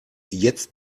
jetzt